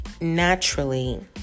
naturally